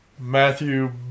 Matthew